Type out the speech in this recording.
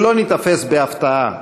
שלא ניתפס בהפתעה,